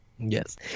Yes